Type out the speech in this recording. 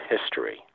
history